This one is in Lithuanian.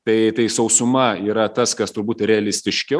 tai tai sausuma yra tas kas turbūt